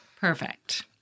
Perfect